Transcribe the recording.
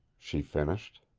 she finished.